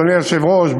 אדוני היושב-ראש,